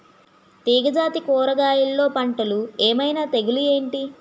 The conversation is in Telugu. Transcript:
తీగ జాతి కూరగయల్లో పంటలు ఏమైన తెగులు ఏంటి?